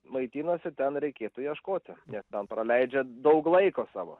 maitinosi ten reikėtų ieškotines ten praleidžia daug laiko savo